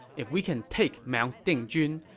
if we can take mount dingjun,